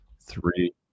Three